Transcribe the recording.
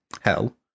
hell